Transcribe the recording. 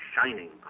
shining